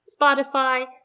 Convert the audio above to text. Spotify